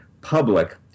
public